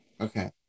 okay